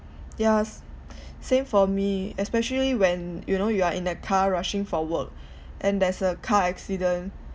ya s~ same for me especially when you know you are in a car rushing for work and there's a car accident